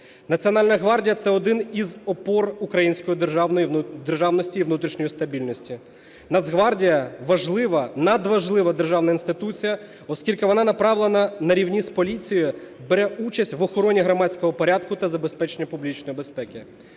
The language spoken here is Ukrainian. Національна гвардія – це один із опор української державності і внутрішньої стабільності. Нацгвардія важлива, надважлива державна інституція, оскільки вона направлена, на рівні з поліцією бере участь в охороні громадського порядку та забезпечення публічної безпеки.